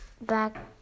back